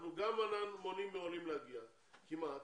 אנחנו גם מונעים מעולים להגיע, כמעט,